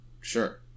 Sure